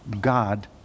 God